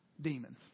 demons